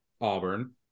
Auburn